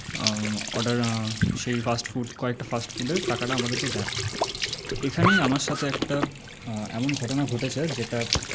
order সেই fast food কয়েকটা fast ফুডের টাকাটা আমাদেরকে দেন তো এখানেই আমার সাথে একটা এমন ঘটনা ঘটেছে যেটা